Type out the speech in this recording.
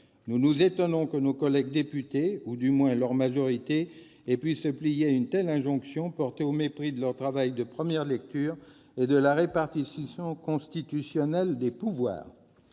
Nous nous étonnons que nos collègues députés, du moins leur majorité, aient pu se plier à une telle injonction, donnée au mépris de leur travail de première lecture et de la répartition constitutionnelle des pouvoirs.